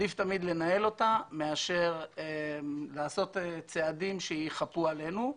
מאשר לעשות צעדים שיחפו עלינו.